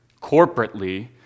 corporately